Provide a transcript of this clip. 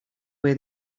way